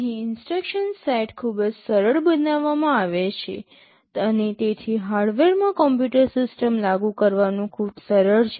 અહીં instruction set ખૂબ જ સરળ બનાવવામાં આવે છે અને તેથી હાર્ડવેરમાં કમ્પ્યુટર સિસ્ટમ લાગુ કરવાનું ખૂબ સરળ છે